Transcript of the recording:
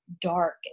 dark